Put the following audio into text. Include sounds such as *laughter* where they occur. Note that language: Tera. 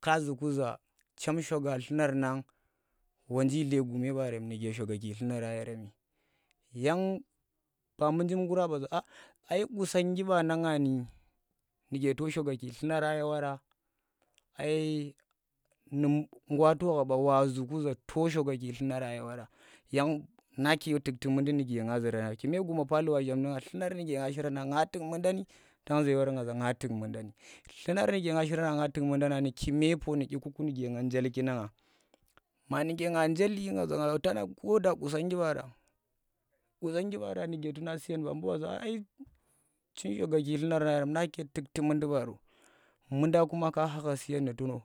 ka zu ku za chem shoga dlunarna wonji dlegume ba rem nuke shogaki dlunara yeremi yang ka jimgura ba za yang qusanggi ba nangni nuke to shogaki dlunara ye wora ai nu ngwato gha ɓa wazua ku za to shogaki tlunaran ye wora nake tukti mundi nuke nga zuran ye wora nu guma pali wa shamndi nga dlunar nuke nga shirana nga tuk mundani tang ze war za nga tuk mundani dlunar nuke ng njel ki na nga ma nuke ang njel *unintelligible* ko da quasanggi baara nuke tuna suyen na no za ai chin shogaki dlunara yerem nake tukti mundi baaro munda *unintelligible* kuma ka kha ha suyen nu to.